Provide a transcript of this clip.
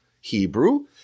Hebrew